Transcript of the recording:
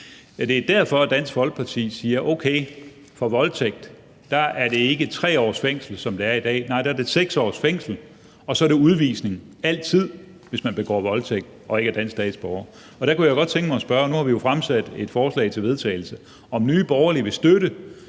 Det er derfor, at Dansk Folkeparti siger: Okay, for voldtægt er det ikke 3 års fængsel, som det er i dag, nej, der er det 6 års fængsel, og så er det udvisning, altid, hvis man begår voldtægt og ikke er dansk statsborger. Der kunne jeg godt tænke mit at spørge – nu har vi jo fremsat et forslag til vedtagelse – om Nye Borgerlige vil støtte